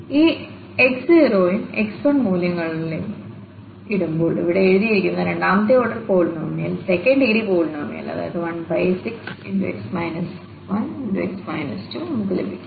ഈ x0 ഉം x1മൂല്യങ്ങളെല്ലാം ഇടുമ്പോൾ ഇവിടെ എഴുതിയിരിക്കുന്ന രണ്ടാമത്തെ order polynomial second degree polynomial 16നമുക്ക് ലഭിക്കും